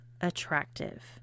attractive